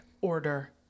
order